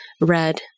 red